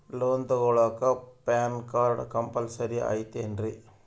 Loan ತೊಗೊಳ್ಳಾಕ PAN card compulsory ಐಯ್ತೇನ್ರಿ?